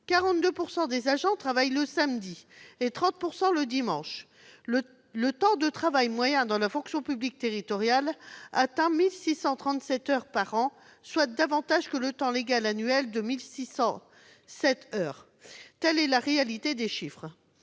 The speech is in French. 42 % des agents travaillent le samedi et 30 % le dimanche ; et que le temps de travail moyen, dans la fonction publique territoriale, atteint 1 637 heures par an, soit davantage que le temps légal annuel de 1 607 heures. Telle est la réalité des chiffres